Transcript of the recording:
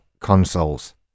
consoles